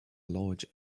large